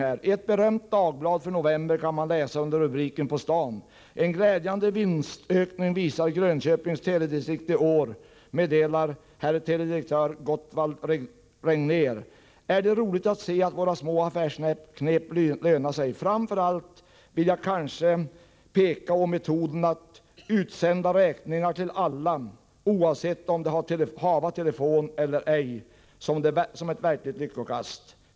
I ett berömt dagblad för november kan man under rubriken På stan läsa: — Är det roligt att se, att våra små affärsknep löna sig, säger hr R. till GV; framför allt vill jag kanske peka å metoden att utsända räkningar till alla, oavsett om de hava telefon eller ej, som ett verkligt lyckokast.